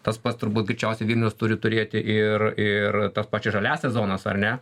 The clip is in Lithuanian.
tas pats turbūt greičiausiai vilnius turi turėti ir ir tas pačias žaliąsias zonas ar ne